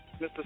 Mr